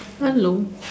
hello